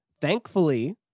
Thankfully